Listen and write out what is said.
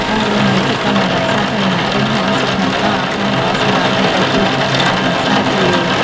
ការរស់នៅជិតបណ្ណាល័យសាធារណៈឬហាងសៀវភៅផ្តល់ឱកាសល្អសម្រាប់អ្នកដែលចូលចិត្តអាននិងស្រាវជ្រាវ។